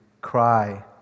cry